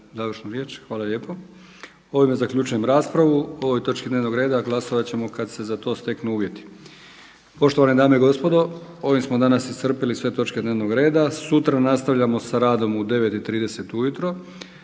Hvala lijepo. Ovime zaključujem raspravu o ovoj točki dnevnog reda glasat ćemo kada se za to steknu uvjeti. Poštovane dame i gospodo, ovim smo danas iscrpili sve točke dnevnog reda. Sutra nastavljamo sa radom u 9,30 ujutro